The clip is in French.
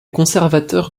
conservateurs